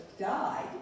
died